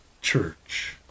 church